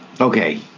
Okay